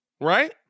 Right